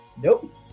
Nope